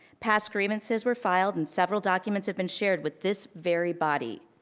past grievances were filed and several documents have been shared with this very body.